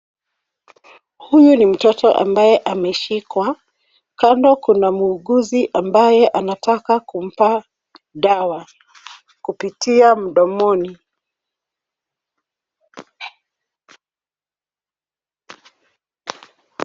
Huyu ni mtoto ambaye ameshikwa. Kando kuna muuguzi ambaye anataka kumpa dawa kupitia mdomoni.